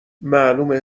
معلومه